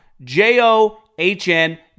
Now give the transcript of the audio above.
J-O-H-N